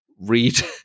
read